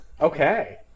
Okay